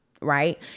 Right